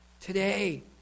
Today